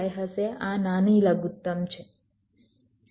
75 હશે આ નાની લઘુતમ છે